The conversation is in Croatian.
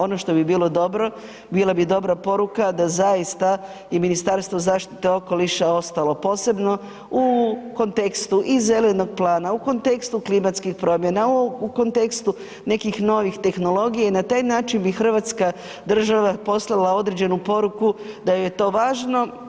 Ono što bi bilo dobro bila bi dobra poruka da zaista i Ministarstvo zaštite okoliša ostalo posebno u kontekstu i zelenog plana, u kontekstu klimatskih promjena, u kontekstu nekih novih tehnologija i na taj način bi Hrvatska država poslala određenu poruku da joj je to važno.